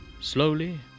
Slowly